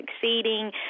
succeeding